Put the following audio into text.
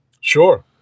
Sure